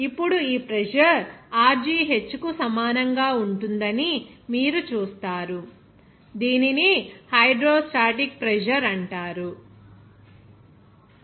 ఇప్పుడు ఈ pressure rgh కు సమానంగా ఉంటుందని మీరు చూస్తారు దీనిని హైడ్రో స్టాటిక్ ప్రెజర్ అంటారు